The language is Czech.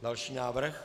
Další návrh.